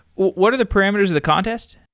what are the parameters of the contest?